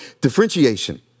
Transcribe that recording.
differentiation